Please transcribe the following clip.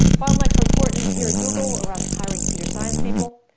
bottlenecks were important here at google around hiring computer science people.